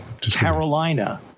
Carolina